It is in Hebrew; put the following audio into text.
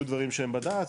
יהיו דברים שהם בד"צ,